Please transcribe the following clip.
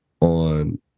on